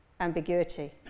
ambiguity